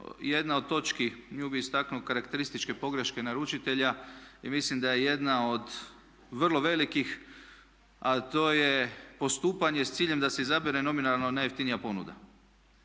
jedna od točki, nju bi istaknuo karakterističke pogreške naručitelja i mislim da je jedna od vrlo velikih a to je postupanje s ciljem da se izabere nominalno najjeftinija ponuda.